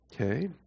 Okay